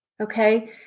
Okay